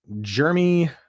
Jeremy